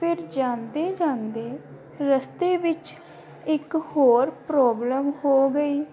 ਫਿਰ ਜਾਂਦੇ ਜਾਂਦੇ ਰਸਤੇ ਵਿੱਚ ਇੱਕ ਹੋਰ ਪ੍ਰੋਬਲਮ ਹੋ ਗਈ